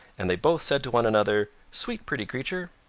and they both said to one another sweet pretty creature!